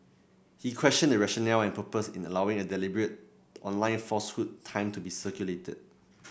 he questioned the rationale and purpose in allowing a deliberate online falsehood time to be circulated